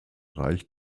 reich